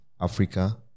africa